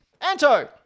Anto